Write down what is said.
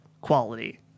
quality